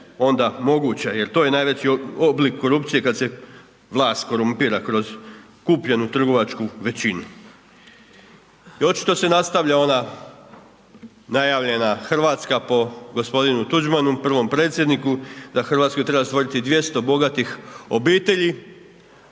onda moguća jer to je najveći oblik korupcije kada se vlast korumpira kroz kupljenu trgovačku većinu. I očito se nastavlja ona najavljena Hrvatska po gospodinu Tuđmanu, prvom predsjedniku da u Hrvatskoj treba stvoriti 200 bogatih obitelji